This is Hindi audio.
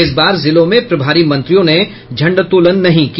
इस बार जिलों में प्रभारी मंत्रियों ने झंडोत्तोलन नहीं किया